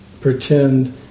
pretend